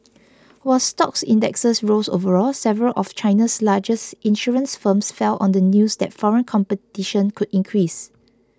while stock indexes rose overall several of China's largest insurance firms fell on the news that foreign competition could increase